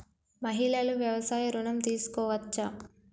మహిళలు వ్యవసాయ ఋణం తీసుకోవచ్చా?